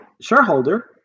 shareholder